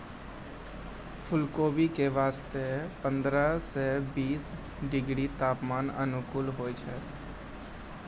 फुलकोबी के खेती वास्तॅ पंद्रह सॅ बीस डिग्री तापमान अनुकूल होय छै